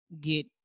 get